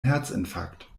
herzinfarkt